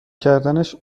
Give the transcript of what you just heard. کردنش